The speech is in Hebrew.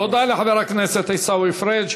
תודה לחבר הכנסת עיסאווי פריג'.